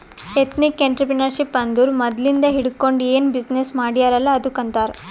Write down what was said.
ethnic entrepreneurship ಅಂದುರ್ ಮದ್ಲಿಂದ್ ಹಿಡ್ಕೊಂಡ್ ಏನ್ ಬಿಸಿನ್ನೆಸ್ ಮಾಡ್ಯಾರ್ ಅಲ್ಲ ಅದ್ದುಕ್ ಆಂತಾರ್